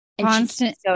Constant